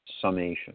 summation